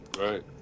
Right